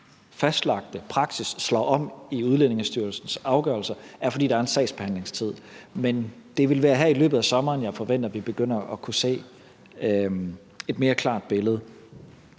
fastlagte praksis slår igennem i Udlændingestyrelsens afgørelser, er, at der er en sagsbehandlingstid. Men det vil være her i løbet af sommeren, jeg forventer at vi begynder at kunne se et mere klart billede.